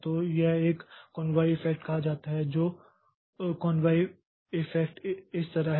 तो यह एक कोनवोय इफैक्ट कहा जाता है तो कोनवोय इफैक्ट इस तरह है